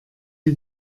wie